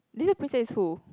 little princess is who